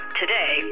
today